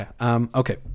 Okay